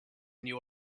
new